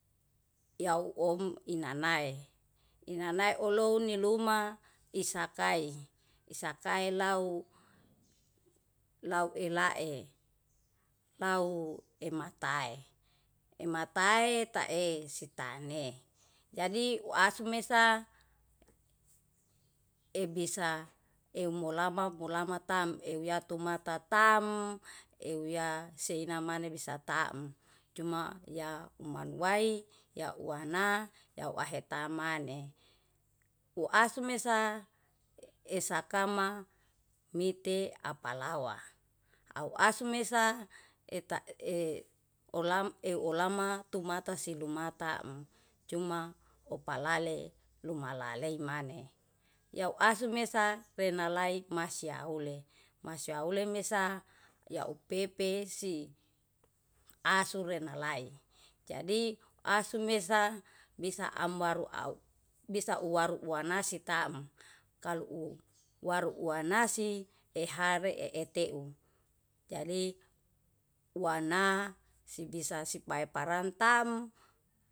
Yau om inanae, inanae olon niluma isakai isakai lau elae. Lau lematae, lematae tae sitane jadi uashumesa ebisa eumulama mulama tam euyatu matatam euya seinamanu bisa taem. Cuma ya manuwai, yauwana yauahetamane, uhashsumesa esakama miti apalawa. Au ashumesa eta e eu ulama tuma silumata em cuma opalale lumalalei mane, yau ahsumesa renalai masyaule, masyaule mesa yaupepe si ahsu renalai. Jadi ahsumesa bisa amru au, bisa uwaru uwanasi taem. Kalu uwaru uwanasi ehare eeteu jadi wana sibisasi baeparantam.